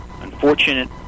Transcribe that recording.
unfortunate